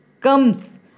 comes